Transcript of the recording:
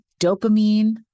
dopamine